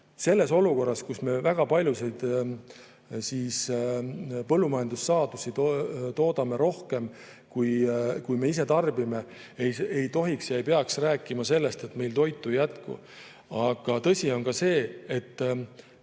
Selles olukorras, kus me väga paljusid põllumajandussaadusi toodame rohkem, kui me ise tarbime, ei tohiks rääkida ja ei peaks rääkima sellest, et meil toitu ei jätku. Aga tõsi on ka see, et